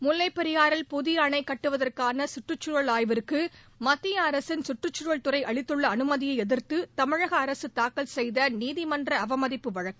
முல்லைப் பெரியாறில் புதிய அணை கட்டுவதற்கான கற்றுச்சூழல் ஆய்வுக்கு மத்திய அரசின் கற்றுச்சூழல் துறை அளித்துள்ள அனுமதியை எதிர்த்து தமிழக அரசு தூக்கல் செய்த நீதிமன்ற அவமதிப்பு வழக்கு